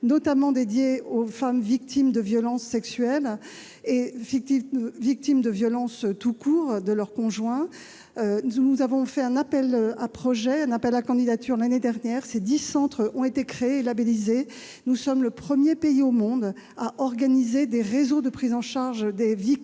notamment dédiés aux femmes victimes de violences, sexuelles ou autres, de la part de leur conjoint. Nous avons lancé un appel à projets et à candidatures l'année dernière ; dix centres ont été créés et labélisés. Notre pays est le premier au monde à organiser des réseaux de prise en charge des victimes